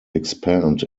expand